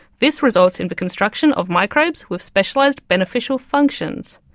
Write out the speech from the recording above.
this results in the construction of microbes with specialised beneficial functions.